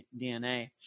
DNA